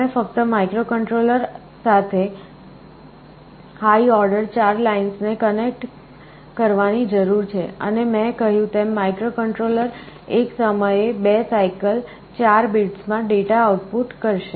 તમે ફક્ત માઇક્રોકન્ટ્રોલર સાથે હાઇઓર્ડર 4 લાઇન્સને કનેક્ટ કરવા ની જરૂર છે અને મેં કહ્યું તેમ માઇક્રોકન્ટ્રોલર એક સમયે 2 સાઇકલ 4 બિટ્સમાં ડેટા આઉટપુટ કરશે